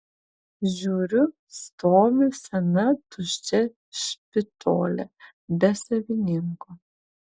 žiūriu stovi sena tuščia špitolė be savininko